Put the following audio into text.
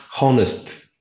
honest